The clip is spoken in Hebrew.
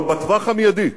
אבל בטווח המיידי,